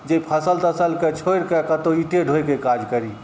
जे फसिल तसिलके छोड़िकऽ कतहु ईंटे ढोइके काज करी